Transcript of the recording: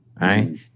Right